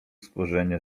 spojrzenie